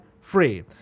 free